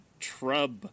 trub